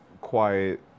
quiet